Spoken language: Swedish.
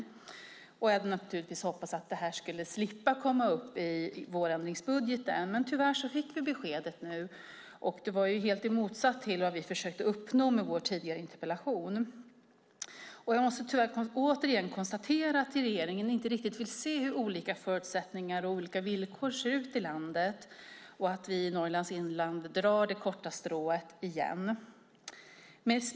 Naturligtvis hade jag också hoppats att det här skulle slippa komma upp i vårändringsbudgeten, men tyvärr fick vi beskedet nu, och det var helt motsatt mot vad vi försökte uppnå med vår tidigare interpellation. Jag måste därför tyvärr återigen konstatera att regeringen inte riktigt vill se hur olika förutsättningarna och villkoren ser ut i landet och att vi i Norrlands inland drar det korta strået igen.